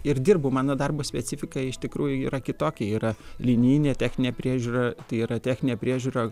ir dirbu mano darbo specifika iš tikrųjų yra kitokia yra linijinė techninė priežiūra tai yra techninė priežiūra